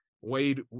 Wade